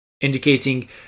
indicating